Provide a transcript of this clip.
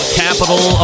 capital